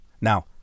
Now